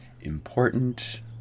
important